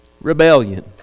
Rebellion